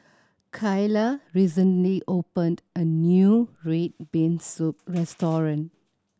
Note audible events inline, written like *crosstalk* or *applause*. Kaylah recently opened a new red bean soup *noise* restaurant